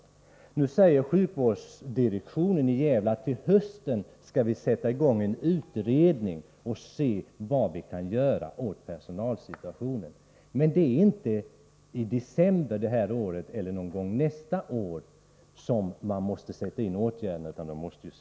Nu säger sjukvårdsdirektionen i Gävle att man till hösten skall sätta i gång en utredning för att se vad som kan göras åt personalsituationen. Men det är inte i december i år eller någon gång nästa år som åtgärder måste sättas in, utan det är nu.